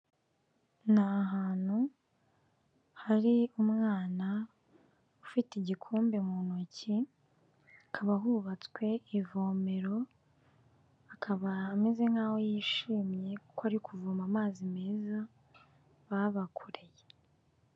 Ni ahantu hari umwana ufite igikombe mu ntoki, hakaba hubatswe ivomero, akaba ameze nk'aho yishimye kuko ari kuvoma amazi meza babakoreye.